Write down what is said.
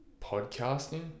podcasting